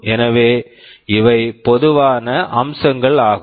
எனவே இவை பொதுவான அம்சங்கள் ஆகும்